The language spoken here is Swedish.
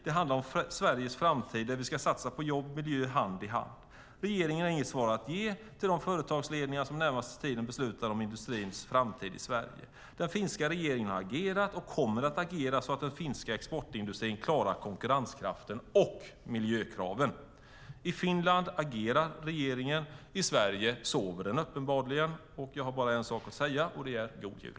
Det handlar om Sveriges framtid, där vi ska satsa på jobb och miljö hand i hand. Regeringen har inget svar att ge till de företagsledningar som den närmaste tiden beslutar om industrins framtid i Sverige. Den finska regeringen har agerat och kommer att agera så att den finska exportindustrin klarar konkurrenskraften och miljökraven. I Finland agerar regeringen. I Sverige sover den uppenbarligen. Jag har bara en sak att säga, och det är god jul!